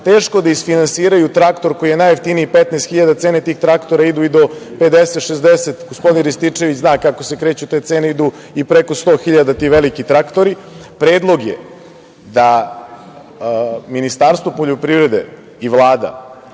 teško da isfinansiraju traktor koji je najjeftiniji 15.000. Cene tih traktora idu i do 50, 60. Gospodin Rističević zna kako se kreću te cene. Idu i preko 100.000 ti veliki traktori. Predlog je da Ministarstvo poljoprivrede i Vlada